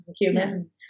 human